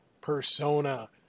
Persona